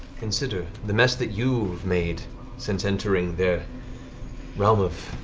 considering the mess that you've made since entering their realm of